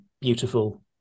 beautiful